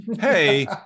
hey